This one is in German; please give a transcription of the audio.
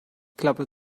klappe